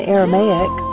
Aramaic